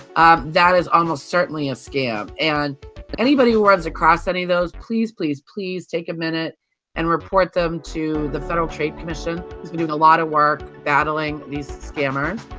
ah that is almost certainly a scam. and anybody who runs across any of those, please, please, please take a minute and report them to the federal trade commission, who's been doing a lot of work battling these scammers.